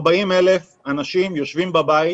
40,000 אנשים יושבים בבית,